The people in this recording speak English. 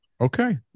Okay